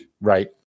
right